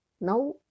Now